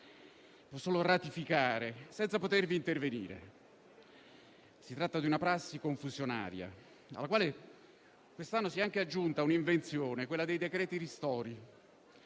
solo ratificare, senza intervenire. Si tratta di una prassi confusionaria, alla quale quest'anno si è anche aggiunta l'invenzione dei decreti ristori,